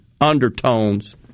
undertones